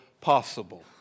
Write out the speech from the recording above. possible